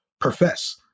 profess